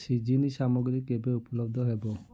ସିଜନି ସାମଗ୍ରୀ କେବେ ଉପଲବ୍ଧ ହେବ